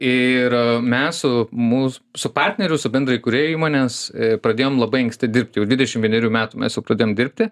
ir mes su mūs su partneriu su bendraįkūrėju įmonės pradėjom labai anksti dirbti jau dvidešim vienerių metų mes jau pradėjom dirbti